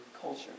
culture